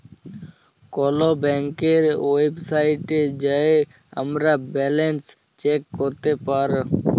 call ব্যাংকের ওয়েবসাইটে যাঁয়ে আমরা ব্যাল্যান্স চ্যাক ক্যরতে পায়